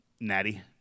Natty